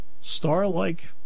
star-like